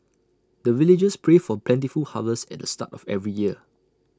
the villagers pray for plentiful harvest at the start of every year